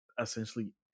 essentially